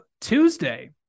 Tuesday